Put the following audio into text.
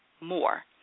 more